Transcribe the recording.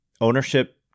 ownership